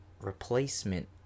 replacement